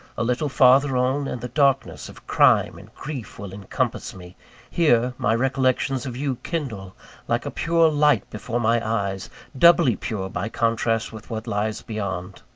a little farther on, and the darkness of crime and grief will encompass me here, my recollections of you kindle like a pure light before my eyes doubly pure by contrast with what lies beyond.